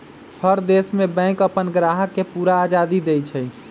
हर देश में बैंक अप्पन ग्राहक के पूरा आजादी देई छई